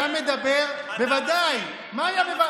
איזה חיבוק?